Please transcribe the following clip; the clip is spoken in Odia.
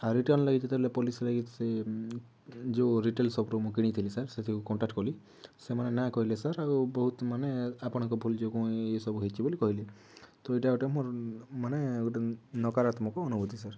ଆଉ ରିଟର୍ନ ଲାଗି ଯେତେବେଳେ ପୋଲିସରେ ସେ ଯେଉଁ ରିଟେଲ ଶପ ରୁ ମୁଁ କିଣିଥିଲି ସାର୍ ସେଥିରେ କନଟାକ୍ଟ କଲି ସେମାନେ ନା କହିଲେ ସାର୍ ଆଉ ବହୁତ ମାନେ ଆପଣଙ୍କ ଭୁଲ ଯୋଗୁଁ ଏ ସବୁ ହେଇଛି ବୋଲି କହିଲେ ତ ଏଇଟା ଗୋଟେ ମୋର ମାନେ ଗୋଟେ ନ ନକାରତ୍ମକ ଅନୁଭୂତି ସାର୍